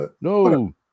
No